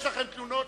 יש לכם תלונות,